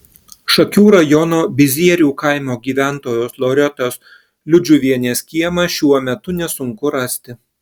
šakių rajono bizierių kaimo gyventojos loretos liudžiuvienės kiemą šiuo metu nesunku rasti